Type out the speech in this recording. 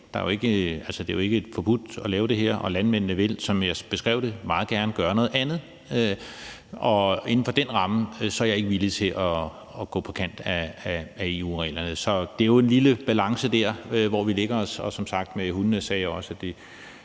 Det er jo ikke forbudt at gøre det her, og landmændene vil, som jeg beskrev, meget gerne gøre noget andet. Inden for den ramme er jeg ikke villig til at gå på kant med EU-reglerne. Så det er jo en hårfin balance, i forhold til hvor vi lægger os, og om det med hundene sagde jeg også, at jeg